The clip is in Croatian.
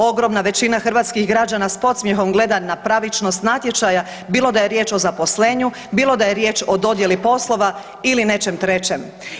Ogromna većina hrvatskih građana s podsmjehom gleda na pravičnost natječaja bilo da je riječ o zaposlenju, bilo da je riječ o dodjeli poslova ili nečem trećem.